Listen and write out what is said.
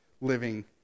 living